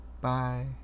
bye